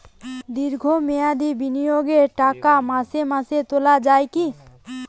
দীর্ঘ মেয়াদি বিনিয়োগের টাকা মাসে মাসে তোলা যায় কি?